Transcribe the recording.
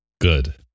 Good